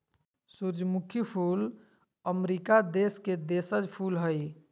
सूरजमुखी फूल अमरीका देश के देशज फूल हइ